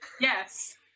yes